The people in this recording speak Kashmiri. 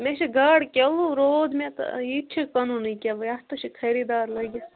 مےٚ چھُ گاڈٕ کِلو روٗد مےٚ تہٕ یہِ تہِ چھُ کٕنُن یہِ کیٛاہ یتھ تہِ چھُ خریٖدار لٔگِتھ